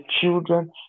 children